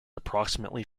approximately